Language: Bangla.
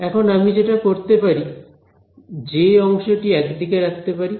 এখন আমি যেটা করতে পারি জে অংশটি একদিকে রাখতে পারি